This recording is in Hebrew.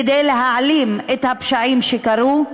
כדי להעלים את הפשעים שקרו,